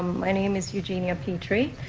my name is eugenia petrie.